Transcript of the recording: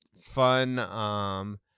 fun